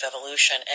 evolution